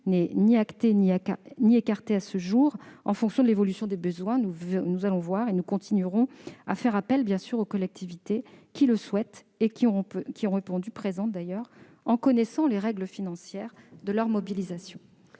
n'est ni actée ni écartée à ce jour. En fonction de l'évolution des besoins, nous continuerons de faire appel aux collectivités qui le souhaitent et qui ont déjà répondu présentes, en connaissant les règles financières de leur mobilisation.